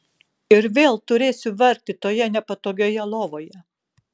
ir vėl turėsiu vargti toje nepatogiojoje lovoje